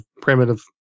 primitive